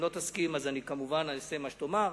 ואם לא תסכים אני כמובן אעשה מה שתאמר,